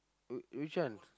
w~ which one